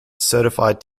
certified